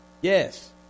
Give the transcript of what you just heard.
Yes